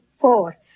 four